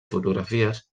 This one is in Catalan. fotografies